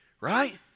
right